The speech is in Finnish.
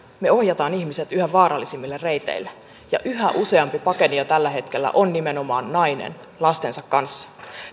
me ohjaamme ihmiset yhä vaarallisemmille reiteille ja yhä useampi pakenija tällä hetkellä on nimenomaan nainen lastensa kanssa